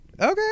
Okay